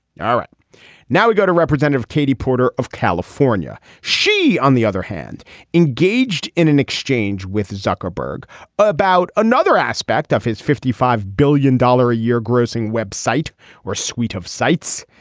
all right now we go to representative katie porter of california. she on the other hand engaged in an exchange with zuckerberg about another aspect of his fifty five billion dollar a year grossing website or suite of sites.